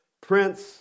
Prince